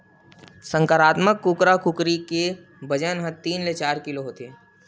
संकरामक कुकरा कुकरी के बजन ह तीन ले चार किलो के होथे